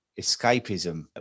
escapism